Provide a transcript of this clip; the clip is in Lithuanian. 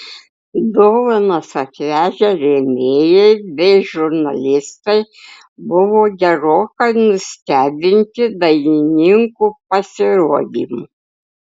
dovanas atvežę rėmėjai bei žurnalistai buvo gerokai nustebinti dainininkų pasirodymu